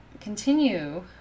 continue